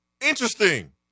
Interesting